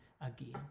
again